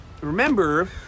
Remember